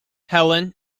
helen